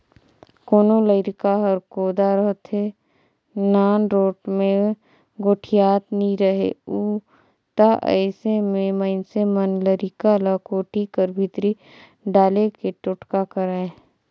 कोनो लरिका हर कोदा रहथे, नानरोट मे गोठियात नी रहें उ ता अइसे मे मइनसे मन लरिका ल कोठी कर भीतरी डाले के टोटका करय